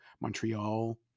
Montreal